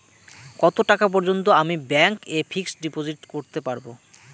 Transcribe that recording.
কত টাকা পর্যন্ত আমি ব্যাংক এ ফিক্সড ডিপোজিট করতে পারবো?